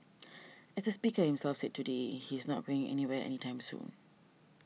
as the speaker himself said today he's not going anywhere any time soon